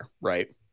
right